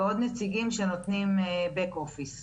ועוד נציגים שנותנים עבודת משרד,